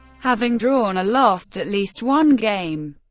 having drawn or lost at least one game.